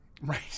Right